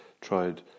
tried